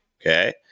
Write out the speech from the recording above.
okay